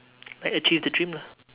like achieve the dream lah